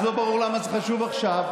אז לא ברור למה זה חשוב עכשיו,